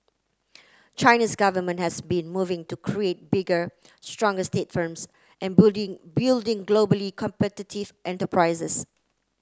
China's government has been moving to create bigger stronger state firms and building globally competitive enterprises